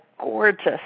gorgeous